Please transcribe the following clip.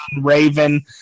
Raven